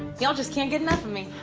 y'all just can't get enough of me.